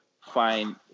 find